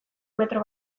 metro